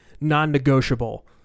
non-negotiable